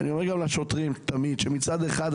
אני אומר גם תמיד לשוטרים שמצד אחד,